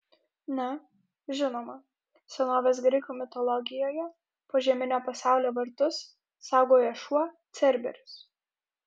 na žinoma senovės graikų mitologijoje požeminio pasaulio vartus saugojo šuo cerberis